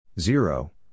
zero